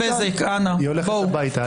היא הולכת הביתה.